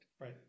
Right